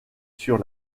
sur